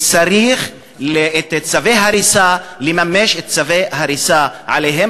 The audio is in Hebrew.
צריך לממש את צווי ההריסה לגביהם,